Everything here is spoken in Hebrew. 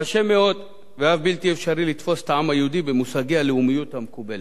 קשה מאוד ואף בלתי אפשרי לתפוס את העם היהודי במושגי הלאומיות המקובלת.